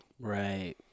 Right